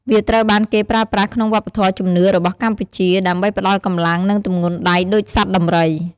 វាត្រូវបានគេប្រើប្រាស់ក្នុងវប្បធម៌ជំនឿរបស់កម្ពុជា ដើម្បីផ្តល់កម្លាំង និងទម្ងន់ដៃដូចសត្វដំរី។